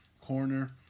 corner